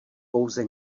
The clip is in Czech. pouze